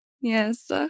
Yes